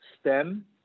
stem